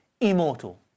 immortal